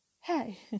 Hey